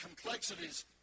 complexities